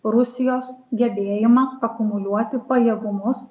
rusijos gebėjimą akumuliuoti pajėgumus